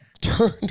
turn